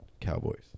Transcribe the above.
Cowboys